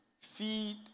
feed